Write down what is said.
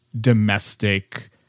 domestic